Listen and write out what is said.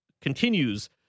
continues